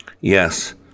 Yes